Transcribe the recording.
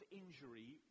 injury